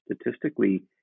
statistically